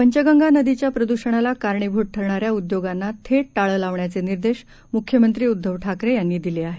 पंचगंगा नदीच्या प्रद्षणाला कारणीभूत ठरणाऱ्या उद्योगांना थेट टाळं लावण्याचे निर्देश मुख्यमंत्री उद्धव ठाकरे यांनी दिले आहेत